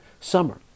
summer